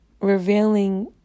revealing